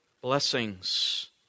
blessings